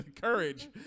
courage